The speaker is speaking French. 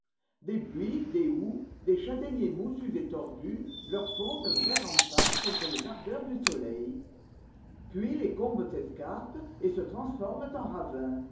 buis des houx des châtaigniers moussus et tordus leur font un vert rempart contre les ardeurs du soleil puis les combes s'escarpent et se transforment en ravins